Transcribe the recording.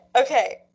Okay